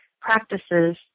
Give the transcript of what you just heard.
practices